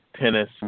Tennis